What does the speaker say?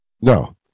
No